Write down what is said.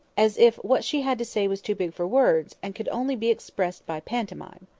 as if what she had to say was too big for words, and could only be expressed by pantomime.